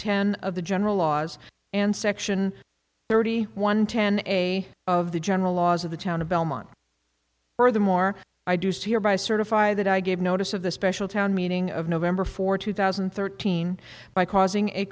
ten of the general laws and section thirty one ten a of the general laws of the town of belmont furthermore i do so here by certify that i gave notice of the special town meeting of november fourth two thousand and thirteen by causing a